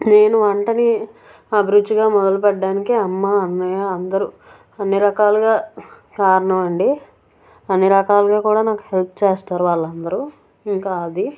నేను వంటని అభిరుచిగా మొదలుపెట్టడానికి అమ్మ అన్నయ్యా అందరు అన్ని రకాలుగా కారణం అండి అన్ని రకాలుగా కూడా నాకు హెల్ప్ చేస్తారు వాళ్ళందరూ ఇంకా అది